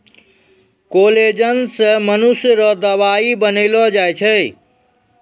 collagen से मनुष्य रो दवाई बनैलो जाय छै